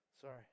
Sorry